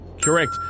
Correct